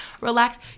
relax